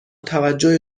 توجه